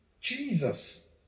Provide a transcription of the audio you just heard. Jesus